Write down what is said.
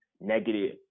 negative